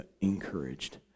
Encouraged